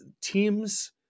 teams